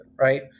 right